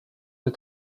des